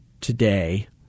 today